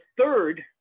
third